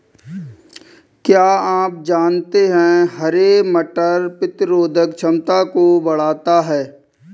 क्या आप जानते है हरे मटर प्रतिरोधक क्षमता को बढ़ाता है?